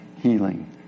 healing